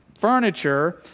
furniture